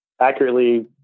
accurately